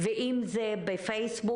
ואם זה בפייסבוק,